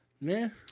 man